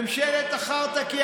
ממשלת החרטא, ככה נאמר.